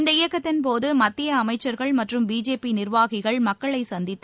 இந்த இயக்கத்தின் போது மத்திய அமைச்சர்கள் மற்றும் பிஜேபி நிர்வாகிகள் மக்களை சந்தித்து